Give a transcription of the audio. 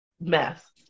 mess